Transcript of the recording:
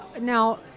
now